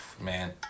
Man